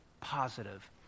positive